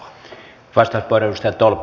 arvoisa puhemies